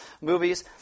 movies